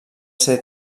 ser